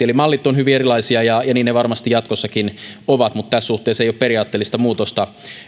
eli mallit ovat hyvin erilaisia ja ja niin ne varmasti jatkossakin ovat mutta tässä suhteessa ei ole periaatteellista muutosta